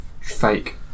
fake